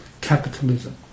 capitalism